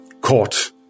caught